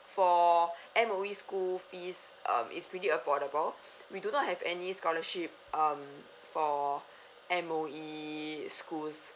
for M_O_E school fees um it's pretty affordable we do not have any scholarship um for M_O_E schools